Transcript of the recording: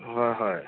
হয় হয়